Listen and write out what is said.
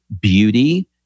beauty